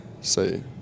say